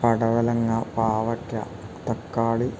പടവലങ്ങ പാവയ്ക്ക തക്കാളി